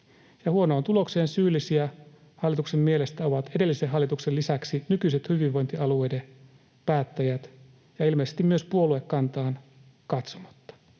huonoon tulokseen syyllisiä hallituksen mielestä ovat edellisen hallituksen lisäksi nykyiset hyvinvointialueiden päättäjät, ilmeisesti myös puoluekantaan katsomatta.